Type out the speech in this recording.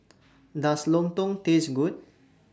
Does Lontong Taste Good